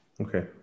okay